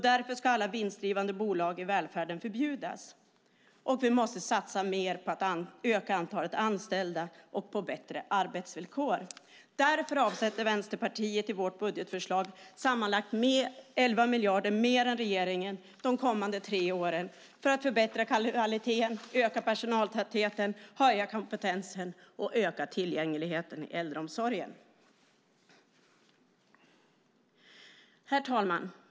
Därför ska alla vinstdrivande bolag i välfärden förbjudas, och vi måste satsa mer på att öka antalet anställda och på bättre arbetsvillkor. Därför avsätter Vänsterpartiet i sitt budgetförslag sammanlagt 11 miljarder mer än regeringen de kommande tre åren för att förbättra kvaliteten, öka personaltätheten, höja kompetensen och öka tillgängligheten i äldreomsorgen. Herr talman!